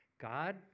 God